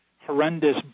horrendous